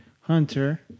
Hunter